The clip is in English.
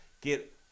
get